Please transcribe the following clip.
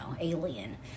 alien